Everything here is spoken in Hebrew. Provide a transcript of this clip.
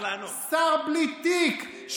שר בלי תיק,